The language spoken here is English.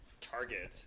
target